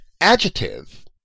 adjective